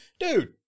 Dude